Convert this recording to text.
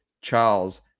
Charles